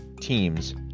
teams